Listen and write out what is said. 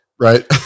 Right